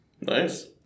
Nice